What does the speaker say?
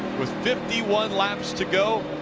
with fifty one laps to go.